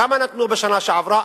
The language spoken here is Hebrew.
כמה נתנו בשנה שעברה?